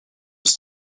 was